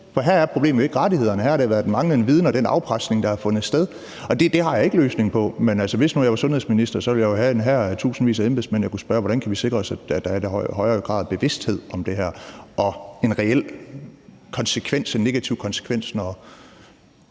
For her er problemet jo ikke rettighederne, her har det været manglende viden og den afpresning, der har fundet sted. Det har jeg ikke løsningen på, men hvis nu jeg var sundhedsminister, ville jeg jo have en hær af tusindvis af embedsmænd, jeg kunne spørge, hvordan vi kan sikre os, at der er en højere grad af bevidsthed om det her og en reel negativ konsekvens, når